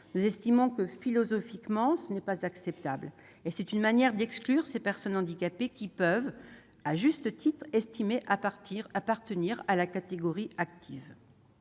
Nous estimons que, philosophiquement, ce n'est pas acceptable. C'est une manière d'exclure ces personnes handicapées qui peuvent, à juste titre, estimer appartenir à la catégorie active.